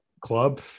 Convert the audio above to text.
club